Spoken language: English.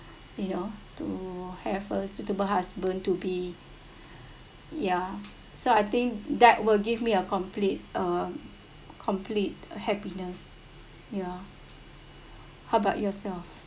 you know to have a suitable husband to be ya so I think that will give me a complete a complete happiness ya how about yourself